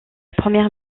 première